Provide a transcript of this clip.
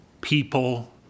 people